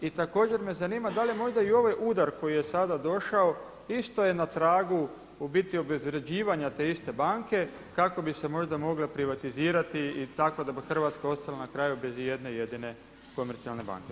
I također me zanima da li je možda i ovaj udar koji je sada došao isto je na tragu u biti obezvrjeđivanja te iste banke kako bi se možda mogle privatizirati tako da bi Hrvatska ostala na kraju bez i jedne jedine komercijalne banke.